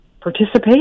Participate